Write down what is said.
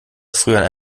früher